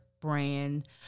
Brand